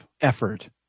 effort